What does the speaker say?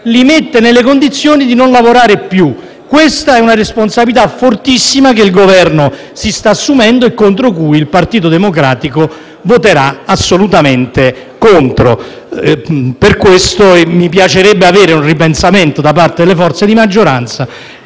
li mette nelle condizioni di non lavorare più. Questa è una responsabilità fortissima che il Governo si sta assumendo, per cui il Partito Democratico voterà assolutamente contro. Per questo mi piacerebbe vi fosse un ripensamento da parte delle forze di maggioranza